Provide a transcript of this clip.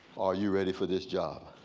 are you ready for this job?